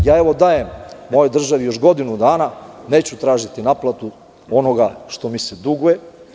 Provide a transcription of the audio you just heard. Dajem ovoj državi još godinu dana i neću tražiti naplatu onoga što mi se duguje.